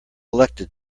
elected